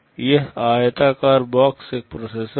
यह आयताकार बॉक्स एक प्रोसेसर है